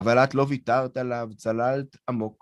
אבל את לא ויתרת עליו, צללת עמוק.